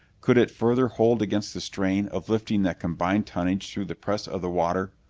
could it further hold against the strain of lifting that combined tonnage through the press of the water?